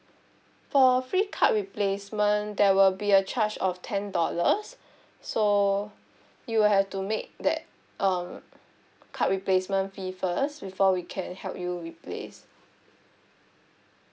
for free card replacement there will be a charge of ten dollars so you'll have to make that um card replacement fee first before we can help you replace